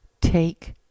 take